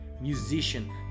musician